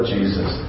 Jesus